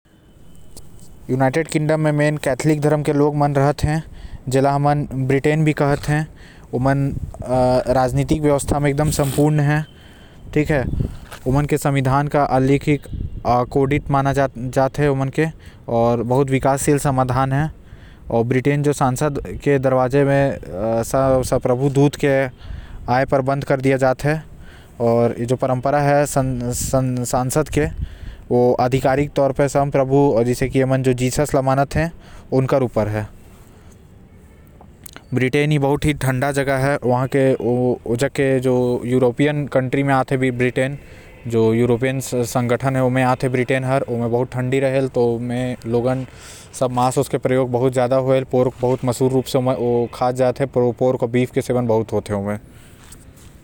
United Kingdom म Catholic धर्म के आदमी मन रहते झेल हमन ब्रिटिश भी कहत हैं| ओमन के संविधान संपूर्ण हैं आऊ ओमन के रानी है ओकर नाम एलिजाबेथ हैव आऊ साथ हे वहां के शिक्षा भी बहुत अच्छा हे।